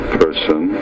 person